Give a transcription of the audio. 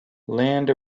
land